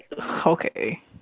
okay